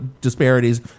disparities